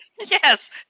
Yes